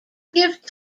give